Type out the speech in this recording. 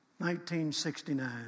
1969